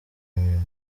imirimo